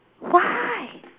why